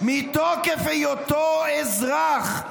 מתוקף היותו אזרח,